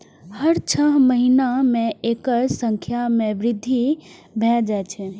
हर छह महीना मे एकर संख्या मे वृद्धि भए जाए छै